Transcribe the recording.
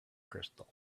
crystal